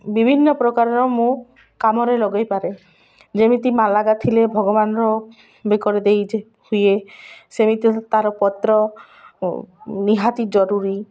ବିଭିନ୍ନ ପ୍ରକାରର ମୁଁ କାମରେ ଲଗାଇପାରେ ଯେମିତି ମାଳଟା ଥିଲେ ଭଗବାନର ବେକରେ ଦେଇ ହୁଏ ସେମିତି ତା'ର ପତ୍ର ନିହାତି ଜରୁରୀ